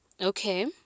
Okay